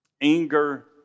anger